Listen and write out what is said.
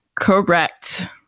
Correct